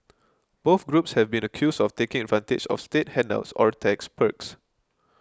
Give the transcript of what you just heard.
both groups have been accused of taking advantage of state handouts or tax perks